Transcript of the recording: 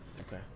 okay